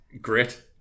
great